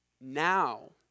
now